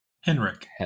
Henrik